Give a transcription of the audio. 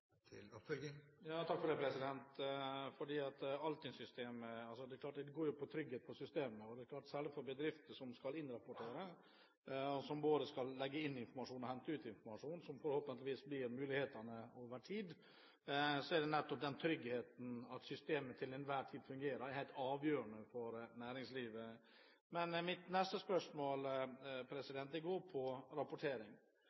det gjelder Altinn, går det jo på trygghet for systemet, særlig for bedrifter som skal innrapportere, og som både skal legge inn informasjon og hente ut informasjon, som forhåpentligvis blir mulig over tid. Nettopp den tryggheten, at systemet til enhver tid fungerer, er helt avgjørende for næringslivet. Mitt neste spørsmål